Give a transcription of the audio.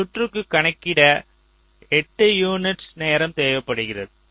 இந்த சுற்றுக்கு கணக்கிட 8 யூனிட்ஸ் நேரம் தேவைப்படுகிறது